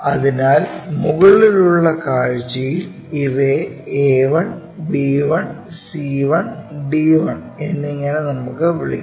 അതിനാൽ മുകളിലുള്ള കാഴ്ചയിൽ ഇവയെ a1 b1 c1 d1 എന്നിങ്ങനെ നമുക്ക് വിളിക്കാം